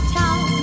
town